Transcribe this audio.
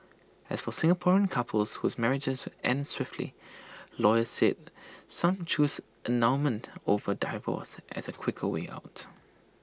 as for Singaporean couples whose marriages end swiftly lawyers said some choose annulment over divorce as A quicker way out